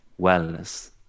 wellness